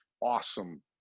awesome